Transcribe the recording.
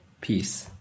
Peace